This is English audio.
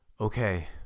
Okay